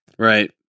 Right